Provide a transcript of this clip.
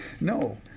No